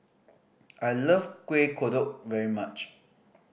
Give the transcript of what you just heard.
I love Kuih Kodok very much